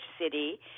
city